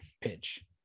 pitch